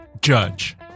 judge